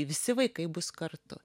visi vaikai bus kartu